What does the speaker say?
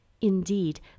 Indeed